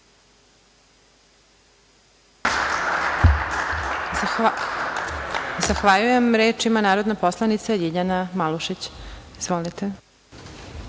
Zahvaljujem. Reč ima narodna poslanica Ljiljana Malušić. Izvolite.